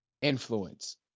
influence